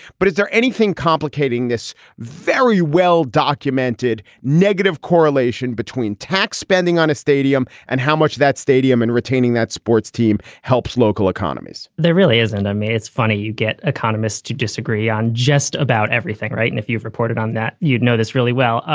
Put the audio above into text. but is there anything complicating this very well-documented negative correlation between tax spending on a stadium and how much that stadium and retaining that sports team helps local economies? there really isn't. i mean, it's funny you get economists to disagree on just about everything, right. and if you've reported on that, you'd notice really well,